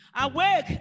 Awake